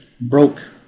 broke